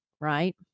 right